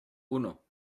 uno